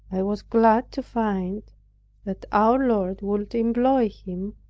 i was glad to find that our lord would employ him,